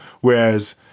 whereas